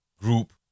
group